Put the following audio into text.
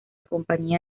compañía